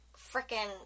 freaking